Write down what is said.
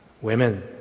Women